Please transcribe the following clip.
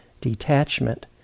detachment